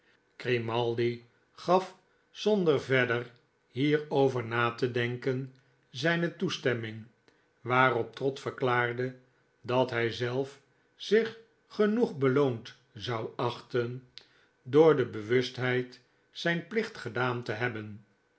grimaldi gaf zonder verder hierover na te denken zijne toestemming waarop trott verklaarde dat hij zelf zich genoeg beloond zou achten door de bewustheid zijn plicht gedaan te hebben